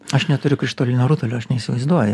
aš neturiu krištolinio rutulio aš neįsivaizduoju